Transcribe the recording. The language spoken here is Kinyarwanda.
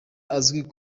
azwiho